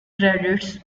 credits